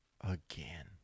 again